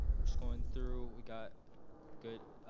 what's going through. we got good.